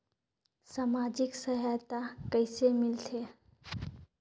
समाजिक सहायता कइसे मिलथे?